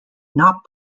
not